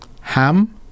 Ham